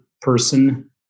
person